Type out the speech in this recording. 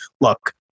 look